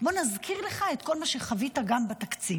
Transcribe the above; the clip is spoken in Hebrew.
נזכיר לך את כל מה שחווית גם בתקציב,